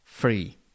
free